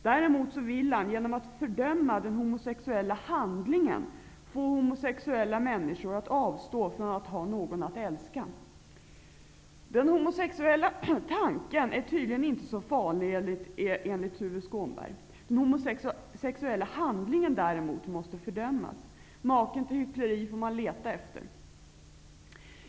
Däremot vill han, genom att fördöma den homosexuella handlingen, få homosexuella människor att avstå från att ha någon att älska. Den homosexuella tanken är tydligen inte så farlig, enligt Tuve Skånberg. Den homosexuella handlingen däremot måste fördömas. Maken till hyckleri får man leta efter.